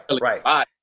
right